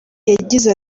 yagize